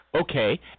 Okay